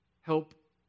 help